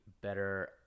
better